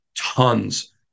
tons